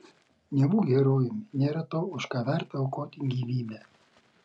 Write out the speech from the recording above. nebūk herojumi nėra to už ką verta aukoti gyvybę